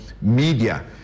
media